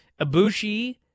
Ibushi